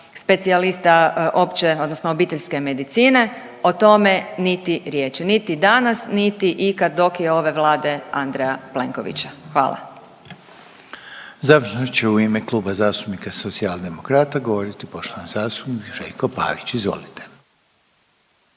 specijalista opće odnosno obiteljske medicine o tome niti riječi, niti danas, niti ikad dok je ove Vlade Andreja Plenkovića. Hvala. **Reiner, Željko (HDZ)** Završno će u ime Kluba zastupnika Socijaldemokrata govoriti poštovani zastupnik Željko Pavić. Izvolite.